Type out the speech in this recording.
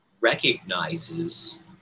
recognizes